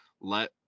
let